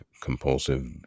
compulsive